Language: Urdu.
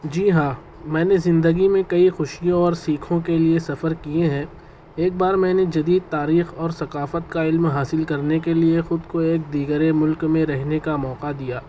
جی ہاں میں نے زندگی میں کئی خوشیوں اور سیکھوں کے لیے سفر کیے ہیں ایک بار میں نے جدید تاریخ اور ثقافت کا علم حاصل کرنے کے لیے خود کو ایک دیگرے ملک میں رہنے کا موقع دیا